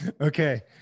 Okay